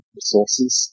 resources